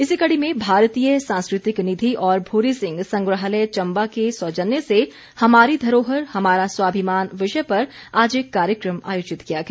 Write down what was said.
इसी कड़ी में भारतीय सांस्कृतिक निधि और भूरी सिंह संग्रहालय चम्बा के सौजन्य से आज हमारी धरोहर हमारा स्वाभिमान विषय पर एक कार्यक्रम आयोजित किया गया